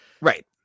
right